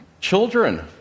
Children